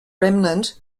remnant